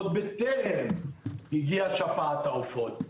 עוד בטרם הגיעה שפעת העופות.